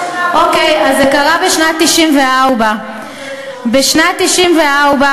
אוקיי, אז זה קרה בשנת 1994. בשנת 1994,